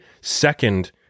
second